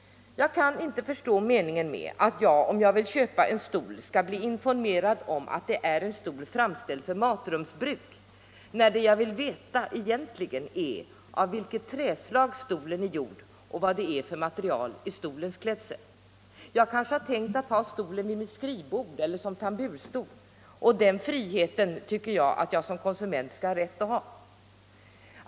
Jag kan inte förstå meningen med att jag, om jag vill köpa en stol, skall bli informerad om att det är en stol framställd för matrumsbruk, när det jag egentligen vill veta är, av vilket träslag stolen är gjord och vad det är för material i stolens klädsel. Jag kanske har tänkt ha stolen vid mitt skrivbord eller som tamburstol, och den friheten tycker jag att jag som konsument skall ha rätt att ha.